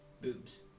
Boobs